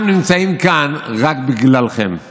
אנחנו נמצאים כאן רק בגללכם.